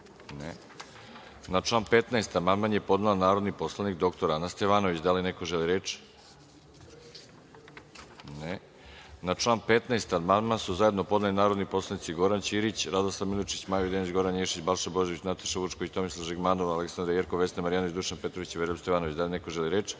član 16. amandman su zajedno podneli narodni poslanici Goran Ćirić, Radoslav Milojičić, Maja Videnović, Goran Ješić, Balša Božović, Nataša Vučković, Tomislav Žigmanom, mr Aleksandra Jerkov, Vesna Marjanović, Dušan Petrović i Veroljub Stevanović. Da li neko želi reč?